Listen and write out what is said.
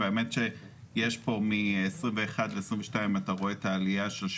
והאמת שיש פה מ-2021 ל-2022 אתה רואה את העלייה של 800,